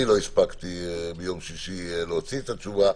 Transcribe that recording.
אני לא הספקתי ביום שישי להוציא את התשובה,